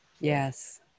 Yes